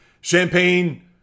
champagne